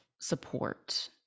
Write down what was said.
support